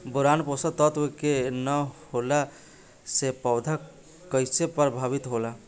Boron पोषक तत्व के न होला से पौधा कईसे प्रभावित होला?